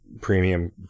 premium